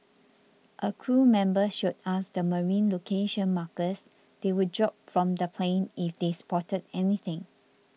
a crew member showed us the marine location markers they would drop from the plane if they spotted anything